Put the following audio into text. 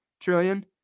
trillion